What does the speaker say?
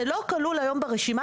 זה לא כלול היום ברשימה.